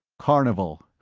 carnival!